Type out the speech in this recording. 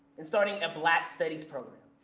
and starting a black studies program.